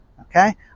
Okay